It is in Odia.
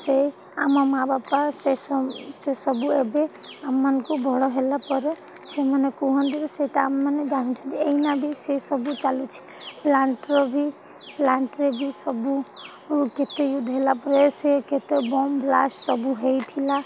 ସେ ଆମ ମା' ବାପା ସେ ସେସବୁ ଏବେ ଆମମାନଙ୍କୁ ବଡ଼ ହେଲା ପରେ ସେମାନେ କୁହନ୍ତି ସେଇଟା ଆମମାନେ ଜାୁଛନ୍ତି ଏଇନା ବି ସେ ସବୁ ଚାଲୁଛି ପ୍ଳାଣ୍ଟର ବି ପ୍ଳାଣ୍ଟରେ ବି ସବୁ କେତେ ୟୁଦ ହେଲା ପରେ ସେ କେତେ ବମ୍ ବ୍ଲାଷ୍ଟ ସବୁ ହେଇଥିଲା